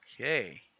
Okay